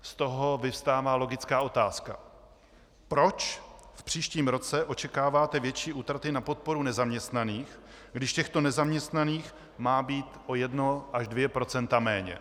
Z toho vyvstává logická otázka: Proč v příštím roce očekáváte větší útraty na podporu nezaměstnaných, když těchto nezaměstnaných má být o 1 až 2 % méně?